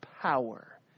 power